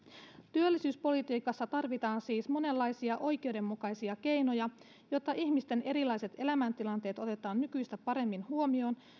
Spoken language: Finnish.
työllisyyspolitiikassa tarvitaan siis monenlaisia oikeudenmukaisia keinoja jotta ihmisten erilaiset elämäntilanteet otetaan nykyistä paremmin huomioon